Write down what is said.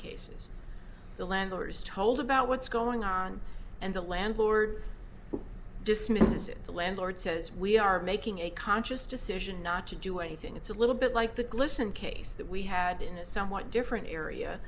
cases the landlord is told about what's going on and the landlord dismissive the landlord says we are making a conscious decision not to do anything it's a little bit like the glisten case that we had in a somewhat different area